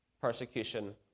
persecution